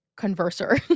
Converser